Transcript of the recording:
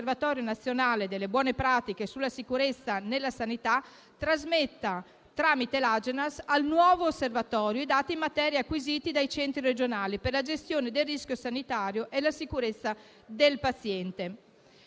3) che l'Osservatorio nazionale delle buone pratiche sulla sicurezza nella sanità trasmetta tramite l'Agenas al nuovo Osservatorio i dati in materia acquisiti dai Centri regionali per la gestione del rischio sanitario e la sicurezza del paziente